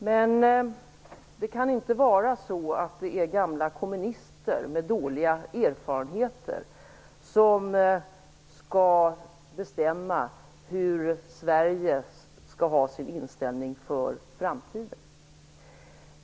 Men det kan inte vara gamla kommunister med dåliga erfarenheter som skall bestämma Sveriges inställning för framtiden.